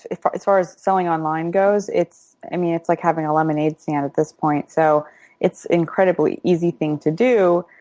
as far as selling online goes its i mean, it's like having a lemonade stand at this point. so it's incredibly easy thing to do.